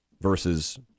versus